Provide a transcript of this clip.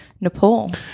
Nepal